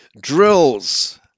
drills